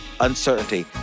uncertainty